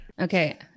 Okay